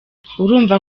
urumva